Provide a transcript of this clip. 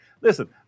Listen